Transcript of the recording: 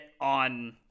on –